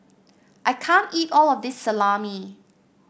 I can't eat all of this Salami